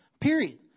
Period